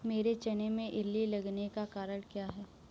मेरे चने में इल्ली लगने का कारण क्या है?